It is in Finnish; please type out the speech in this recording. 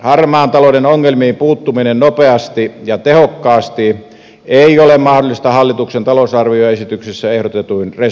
harmaan talouden ongelmiin puuttuminen nopeasti ja tehokkaasti ei ole mahdollista hallituksen talousarvioesityksessä ehdotetuin resurssein